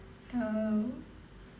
uh